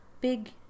Big